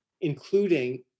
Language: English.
including